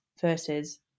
versus